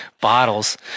bottles